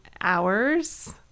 hours